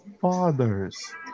father's